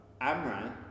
Amran